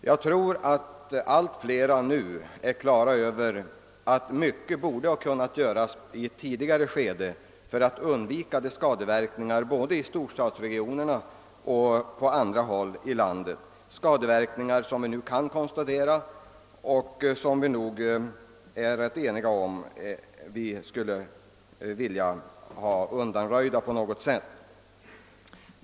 Jag tror att allt fler nu är på det klara med att man borde ha kunnat göra mycket i ett tidigare skede för att undvika de skadeverkningar både i storstadsregionerna och på andra håll i landet som vi nu kan konstatera och som vi nog är rätt eniga om att vi skulle vilja ha undanröjda på något sätt.